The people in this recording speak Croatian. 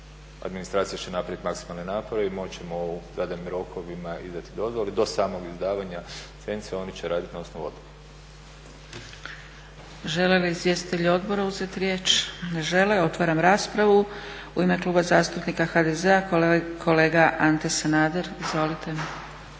Administracija će napraviti maksimalne napore i moći ćemo u zadanim rokovima izdati dozvole. Do samog izdavanja licence oni će raditi na osnovu … **Zgrebec, Dragica (SDP)** Žele li izvjestitelji odbora uzeti riječ? Ne žele. Otvaram raspravu. U ime Kluba zastupnika HDZ-a kolega Ante Sanader. Izvolite.